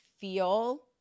feel